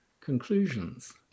conclusions